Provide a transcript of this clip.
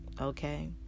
okay